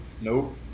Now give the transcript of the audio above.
nope